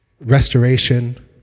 restoration